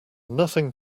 nothing